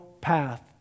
path